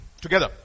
together